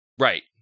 Right